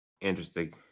Interesting